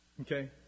Okay